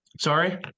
Sorry